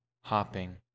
hopping